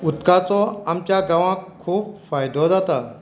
उदकाचो आमच्या गांवांत खूब फायदो जाता